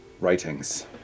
writings